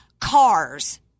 Cars